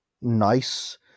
nice